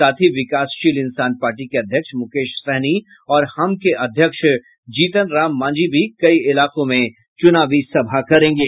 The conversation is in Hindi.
साथ ही विकासशील इंसान पार्टी के अध्यक्ष मुकेश सहनी और हम के अध्यक्ष जीतनराम मांझी भी कई इलाकों में चुनावी सभा करेंगे